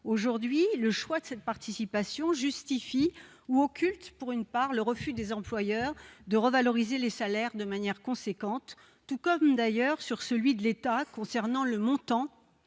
aujourd'hui, le choix de cette participation justifie ou occulte pour une part le refus des employeurs de revaloriser les salaires de manière importante, tout comme, d'ailleurs, celui de l'État d'augmenter le montant